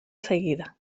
seguida